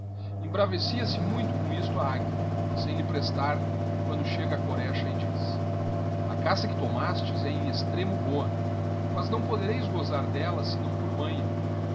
concha embravecia se muito com isto a águia sem lhe prestar quando cliega a corexa e diz a caça que tomastes he em extremo boa mas não podereis gozar delia senão por manha